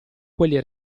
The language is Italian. quelli